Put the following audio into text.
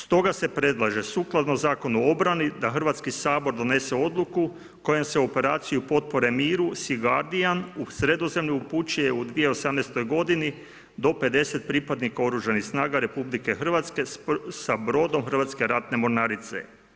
Stoga se predlaže, sukladno Zakona o obrani da Hrvatski sabor donese odluku, kojom se operaciji, potpore miru … u Sredozemlju upućuje u 2018. g. do 50 pripadnika oružanih snaga RH sa brodom hrvatske ratne mornarice.